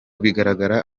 bigaragara